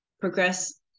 progress